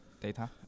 data